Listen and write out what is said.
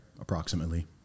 approximately